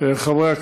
חברת